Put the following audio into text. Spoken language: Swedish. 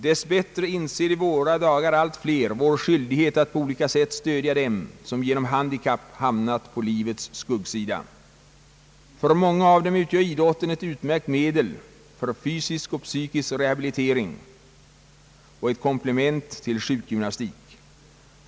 Dessbättre inser i våra dagar allt fier skyldigheten att på olika sätt stödja dem som på grund av handikapp hamnat på livets skuggsida. För många av dem utgör idrotten ett utmärkt medel för fy sisk och psykisk rehabilitering och ett komplement till sjukgymnastik.